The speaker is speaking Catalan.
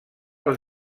els